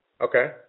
Okay